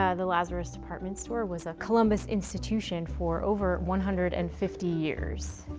yeah the lazarus department store was a columbus institution for over one hundred and fifty years.